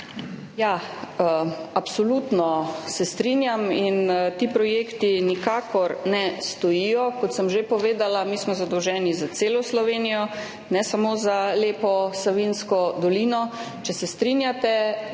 Ja, absolutno se strinjam in ti projekti nikakor ne stojijo. Kot sem že povedala, mi smo zadolženi za celo Slovenijo, ne samo za lepo Savinjsko dolino. Če se strinjate,